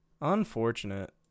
Unfortunate